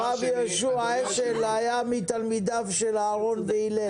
הרב יהושע השל היה מתלמידיו של אהרון והלל.